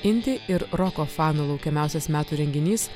imti ir roko fanų laukiamiausias metų renginys